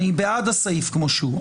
אני בעד הסעיף כמו שהוא.